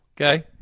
Okay